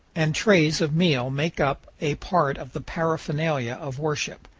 and trays of meal make up a part of the paraphernalia of worship.